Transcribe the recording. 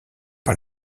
par